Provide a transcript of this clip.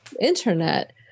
internet